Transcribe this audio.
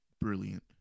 Brilliant